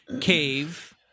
cave